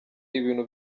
ibintu